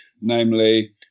Namely